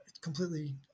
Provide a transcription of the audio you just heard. completely